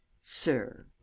Sir